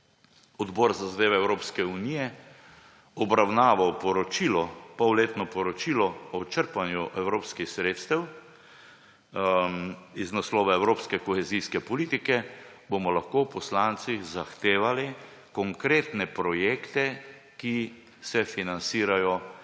Odbor za zadeve Evropske unije obravnaval polletno poročilo o črpanju evropskih sredstev iz naslova evropske kohezijske politike, bomo lahko poslanci zahtevali konkretne projekte, ki se financirajo